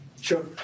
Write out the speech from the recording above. Sure